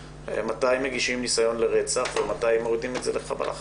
מתי מגישים תביעה על ניסיון לרצח ומתי מורידים את החומרה לחבלה חמורה.